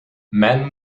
men